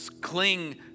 cling